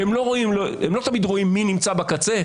והם לא תמיד רואים מי נמצא בקצה,